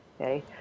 okay